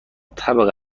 طبقه